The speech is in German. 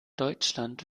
deutschland